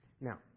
Now